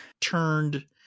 turned –